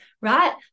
right